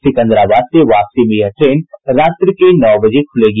सिकंदराबाद से वापसी में यह ट्रेन रात्रि के नौ बजे खुलेगी